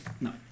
No